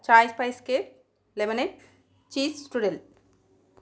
chai spice cafe lemon cheese strudel